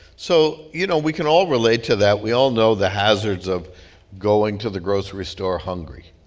so, you know, we can all relate to that. we all know the hazards of going to the grocery store hungry.